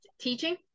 teaching